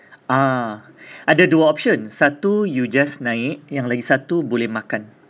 ah ada dua option satu you just naik yang lagi satu boleh makan